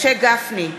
משה גפני,